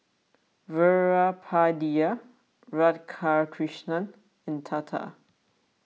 Veerapandiya Radhakrishnan and Tata